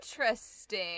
interesting